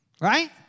Right